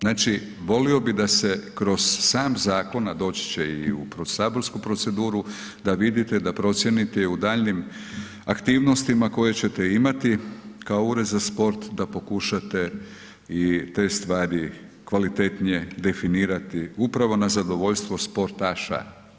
Znači volio bih da se kroz sam zakon a doći će i u saborsku proceduru da vidite, da procijenite i u daljnjim aktivnostima koje ćete imati kao Ured za sport da pokušate i te stvari kvalitetnije definirati upravo na zadovoljstvo sportaša.